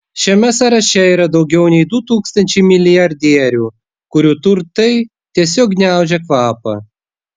šiame sąraše yra daugiau nei du tūkstančiai milijardierių kurių turtai tiesiog gniaužia kvapą